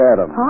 Adam